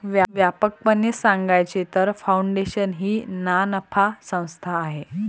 व्यापकपणे सांगायचे तर, फाउंडेशन ही नानफा संस्था आहे